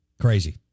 crazy